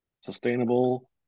Sustainable